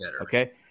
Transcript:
okay